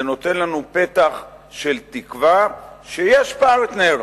זה נותן לנו פתח של תקווה שיש פרטנר.